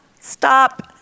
Stop